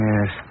Yes